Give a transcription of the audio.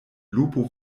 lupo